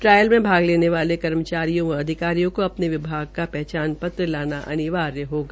trial में भाग लेने वाले कर्मचारियों व अधिकारियों को अपने विभाग का पहचान पत्रलाना अनिवार्य होगा